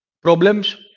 problems